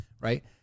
right